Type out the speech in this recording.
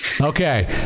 Okay